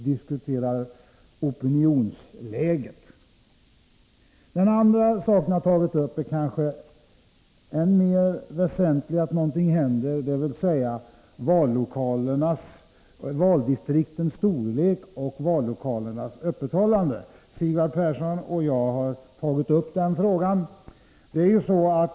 När det gäller det andra jag tar upp är det kanske än mer väsentligt att någonting händer. Det gäller valdistriktens storlek och vallokalernas öppethållande. Det är jag och Sigvard Persson som tagit upp den frågan.